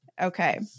Okay